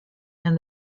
and